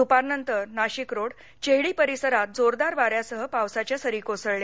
द्पारनंतर नाशिकरोड चेहडी परिसरात जोरदार वाऱ्यासह पावसाध्या सरी कोसळल्या